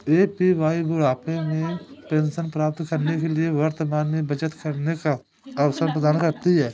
APY बुढ़ापे में pension प्राप्त करने के लिए वर्तमान में बचत करने का अवसर प्रदान करती है